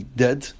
dead